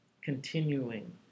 Continuing